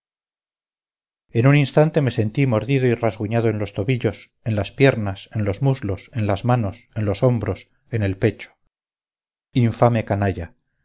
en un instante me sentí mordido y rasguñado en los tobillos en las piernas en los muslos en las manos en los hombros en el pecho infame canalla